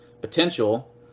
potential